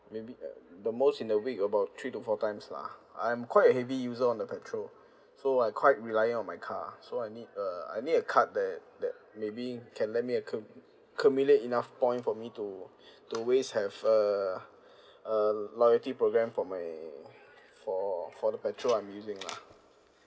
maybe uh the most in the week about three to four times lah I'm quite a heavy user on the petrol so I quite relying on my car so I need a I need a card that that maybe can let me accum~ accumulate enough point for me to to always have uh uh loyalty programme for my for for the petrol I'm using lah